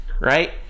right